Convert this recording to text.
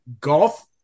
golf